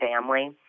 family